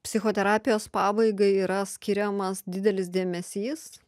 psichoterapijos pabaigai yra skiriamas didelis dėmesys